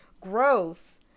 Growth